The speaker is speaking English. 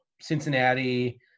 Cincinnati